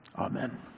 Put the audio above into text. Amen